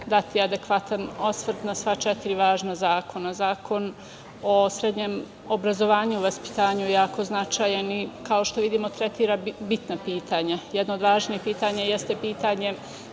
dati adekvatan osvrt na sva četiri važna zakona. Zakon o srednjem obrazovanju i vaspitanju je jako značajan i kao što vidimo, tretira bitna pitanja. Jedno od važnih pitanja jeste pitanje